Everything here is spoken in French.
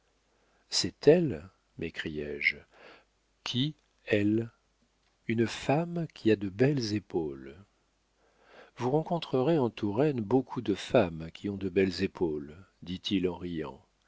c'est elle m'écriai-je qui elle une femme qui a de belles épaules vous rencontrerez en touraine beaucoup de femmes qui ont de belles épaules dit-il en riant